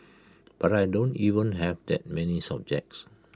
but I don't even have that many subjects